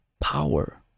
power